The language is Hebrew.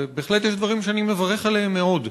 ובהחלט יש דברים שאני מברך עליהם מאוד.